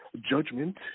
judgment